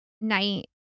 night